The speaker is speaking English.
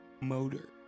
motor